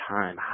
time